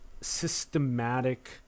systematic